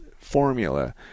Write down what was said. formula